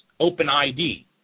OpenID